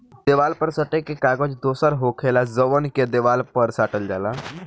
देवाल पर सटे के कागज दोसर होखेला जवन के देवाल पर साटल जाला